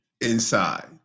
inside